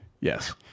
Yes